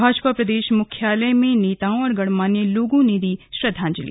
भाजपा प्रदे मुख्यालय में कई बडे नेताओं और गणमान्य लोगों ने दी श्रद्धांजलि